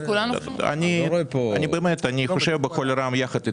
אני חושב בקול רם ביחד אתכם,